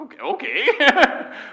okay